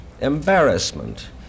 embarrassment